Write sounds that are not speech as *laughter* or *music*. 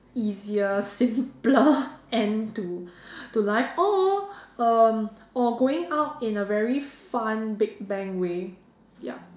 easier simpler *laughs* end to to life or um or going out in a very fun big bang way